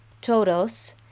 todos